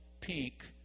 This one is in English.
pink